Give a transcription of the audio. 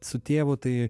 su tėvu tai